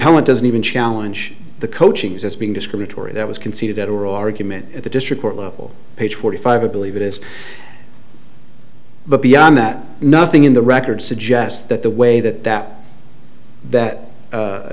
appellant doesn't even challenge the coaching's as being discriminatory that was conceded at oral argument at the district court level page forty five of believe it is but beyond that nothing in the record suggests that the way that that that